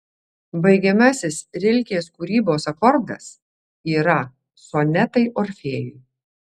baigiamasis rilkės kūrybos akordas yra sonetai orfėjui